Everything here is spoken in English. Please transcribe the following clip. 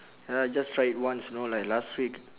ya I just try it once you know like last week